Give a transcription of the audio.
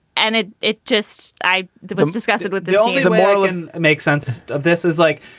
and it it just i was disgusted with the only the borg and make sense of this is like